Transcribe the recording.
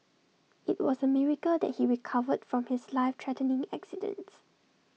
IT was A miracle that he recovered from his life threatening accidents